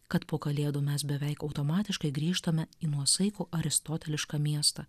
kad po kalėdų mes beveik automatiškai grįžtame į nuosaikų aristotelišką miestą